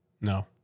No